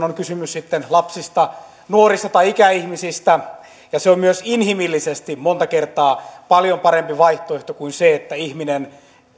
on kysymys sitten lapsista nuorista tai ikäihmisistä ja se on myös inhimillisesti monta kertaa paljon parempi vaihtoehto kuin se että ihminen